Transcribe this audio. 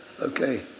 okay